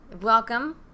welcome